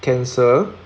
cancer